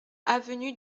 avenue